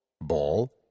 Ball